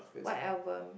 what album